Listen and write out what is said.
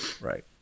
Right